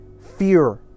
fear